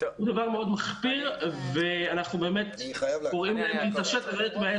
זה דבר מאוד מחפיר ואנחנו קוראים להן להתעשת ולרדת מהעץ